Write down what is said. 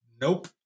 Nope